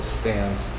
stands